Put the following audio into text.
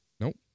Nope